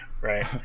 right